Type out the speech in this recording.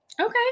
Okay